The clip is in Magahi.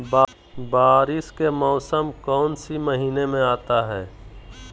बारिस के मौसम कौन सी महीने में आता है?